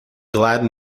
glad